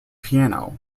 piano